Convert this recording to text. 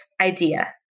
idea